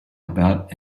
about